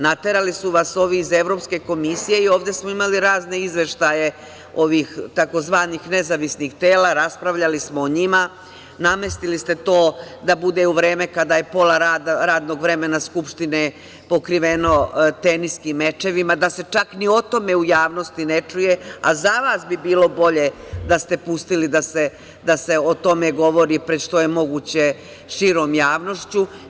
Naterali su vas ovi iz Evropske komisije i ovde smo imali razne izveštaje ovih tzv. nezavisnih tela, raspravljali smo o njima, namestili ste to da bude u vreme kada je pola radnog vremena Skupštine pokriveno teniskim mečevima, da se čak ni o tome u javnosti ne čuje, a za vas bi bilo bolje da ste pustili da se o tome govori pred što je moguće širom javnošću.